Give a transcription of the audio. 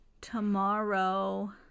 tomorrow